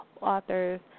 Authors